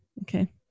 Okay